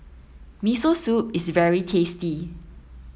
Miso Soup is very tasty